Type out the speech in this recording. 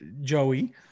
Joey